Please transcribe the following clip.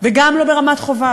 וגם לא רמת-חובב.